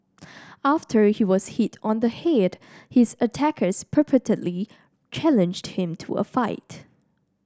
after he was hit on the head his attackers purportedly challenged him to a fight